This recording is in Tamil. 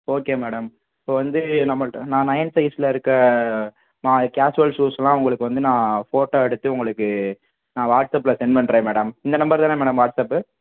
ஓகே மேடம் இப்போ வந்து நம்மள்கிட்ட நான் நைன் சைஸில் இருக்க நான் கேஷுவல்ஸ் ஷூஸ்லாம் உங்களுக்கு நான் போட்டா எடுத்து உங்களுக்கு நான் வாட்ஸ்அப்பில் சென்ட் பண்றேன் மேடம் இந்த நம்பர்தானே மேடம் வாட்ஸ்அப்